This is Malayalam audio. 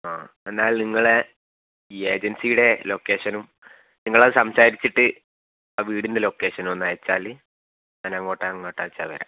ആഹ് എന്നാൽ നിങ്ങളെ ഈ ഏജൻസിയുടെ ലൊക്കേഷനും നിങ്ങളത് സംസാരിച്ചിട്ട് ആ വീടിന്റെ ലൊക്കേഷനൊന്നയച്ചാൽ ഞാൻ അങ്ങോട്ടോ എങ്ങോട്ടാണെന്നു വച്ചാൽ വരാം